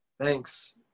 Thanks